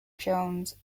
jones